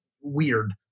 weird